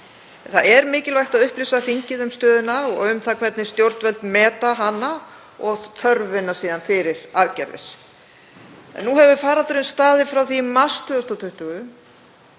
Það er mikilvægt að upplýsa þingið um stöðuna og um það hvernig stjórnvöld meta hana og þörfina fyrir aðgerðir. Nú hefur faraldurinn staðið frá því í mars 2020.